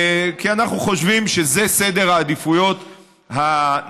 כי אנחנו חושבים שזה סדר העדיפויות הנכון.